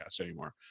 anymore